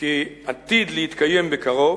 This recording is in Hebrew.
כי עתיד להתקיים בקרוב